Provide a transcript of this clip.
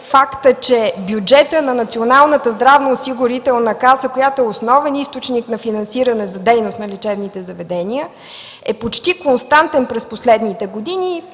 фактът, че бюджетът на Националната здравноосигурителна каса, която е основен източник на финансиране за дейност на лечебните заведения е почти константен за последните години